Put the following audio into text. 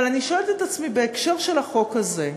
אבל אני שואלת את עצמי, בהקשר של החוק הזה,